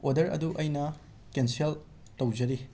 order ꯑꯗꯨ ꯑꯩꯅ cancel ꯇꯧꯖꯔꯤ